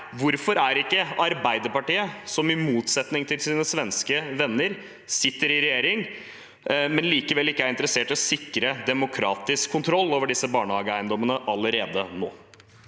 Hvorfor er ikke Arbeiderpartiet, som i motsetning til sine svenske venner sitter i regjering, interessert i å sikre demokratisk kontroll over disse barnehageeiendommene allerede nå?